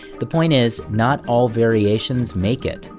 the point is not all variations make it.